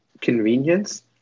convenience